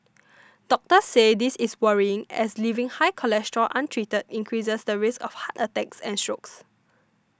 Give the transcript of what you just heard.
doctors say this is worrying as leaving high cholesterol untreated increases the risk of heart attacks and strokes